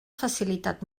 facilitat